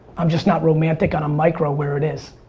i'm just not romantic on a micro where it is.